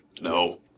no